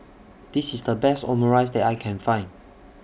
This IS The Best Omurice that I Can Find